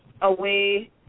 away